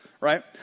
right